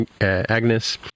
Agnes